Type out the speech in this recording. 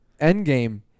Endgame